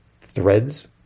Threads